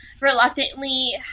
reluctantly